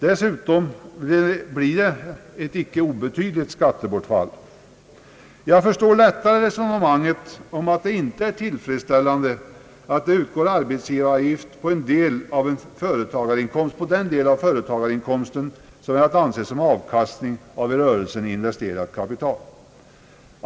Dessutom blir det ett icke obetydligt skattebortfall. Jag förstår lättare resonemanget om att det inte är tillfredsställande att det utgår arbetsgivaravgift på den del av en företagarinkomst som är att anse som avkastning av det i rörelsen investerade kapitalet.